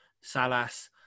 Salas